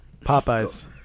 Popeyes